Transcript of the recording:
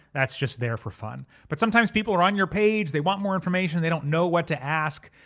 that's just there for fun but sometimes people are on your page. they want more information they don't know what to ask,